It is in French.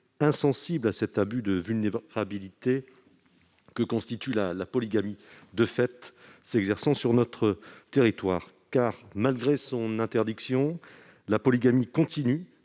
insensible à cet abus de vulnérabilité que constitue la polygamie de fait s'exerçant sur notre territoire. Malgré son interdiction, la polygamie continue